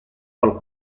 pel